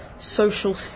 social